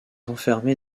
enfermé